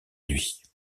nuit